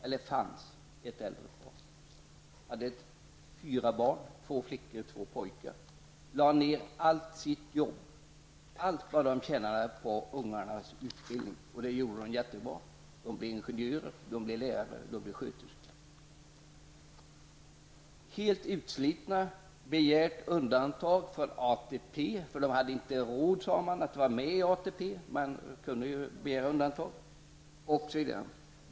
De hade fyra barn, två flickor och två pojkar. De lade ner allt som de tjänade på ungarnas utbildning, och det gjorde de jättebra. Barnen utbildade sig till ingenjör, lärare och sköterska. Denna man och kvinna var helt utslitna och hade begärt undantag från ATP, eftersom de inte hade haft råd att vara med -- man kunde ju begära undantag.